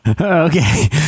Okay